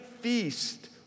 feast